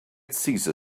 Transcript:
cesar